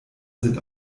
sind